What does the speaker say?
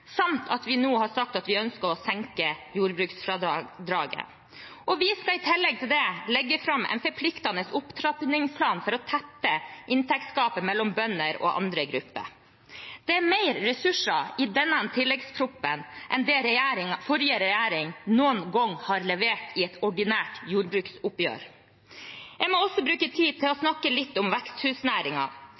samt at vi nå har sagt at vi ønsker å senke jordbruksfradraget. Vi skal i tillegg til det legge fram en forpliktende opptrappingsplan for å tette inntektsgapet mellom bønder og andre grupper. Det er mer ressurser i denne tilleggsproposisjonen enn det forrige regjering noen gang har levert i et ordinært jordbruksoppgjør. Jeg må også bruke tid på å snakke litt om